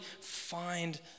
find